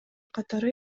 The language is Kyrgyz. катары